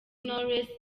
knowless